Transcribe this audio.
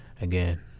again